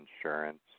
insurance